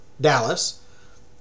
Dallas